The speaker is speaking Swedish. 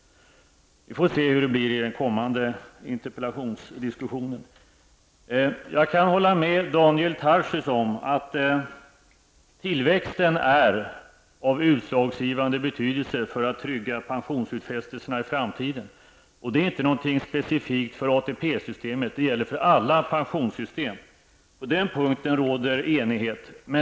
Vi får se hur det blir i den kommande interpellationsdiskussionen. Jag kan hålla med Daniel Tarschys om att tillväxten är av utslagsgivande betydelse för att trygga pensionsutfästelserna i framtiden. Det är inte någonting specifikt för ATP-systemet, det gäller för alla pensionssystem. På den punkten råder enighet.